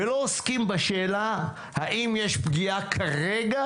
ולא עוסקים בשאלה האם יש פגיעה כרגע